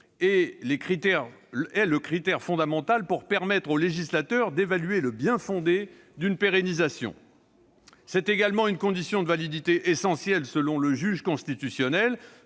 est le critère fondamental pour permettre au législateur d'évaluer le bien-fondé d'une pérennisation. C'est également une condition de validité essentielle selon le juge constitutionnel